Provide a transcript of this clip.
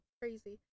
crazy